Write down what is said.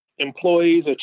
Employees